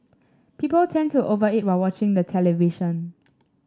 people tend to over eat while watching the television